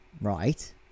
Right